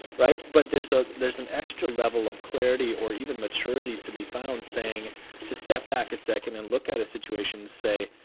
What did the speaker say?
right. but there's a there's an extra level of clarity or even maturity to be found saying to step back a second and look at a situation, say,